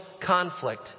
conflict